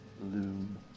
loom